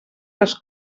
les